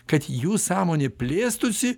kad jų sąmonė plėstųsi